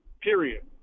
period